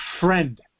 friend